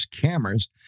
cameras